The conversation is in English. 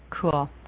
cool